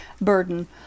burden